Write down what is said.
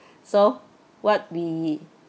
so what we